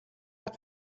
арга